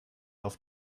auf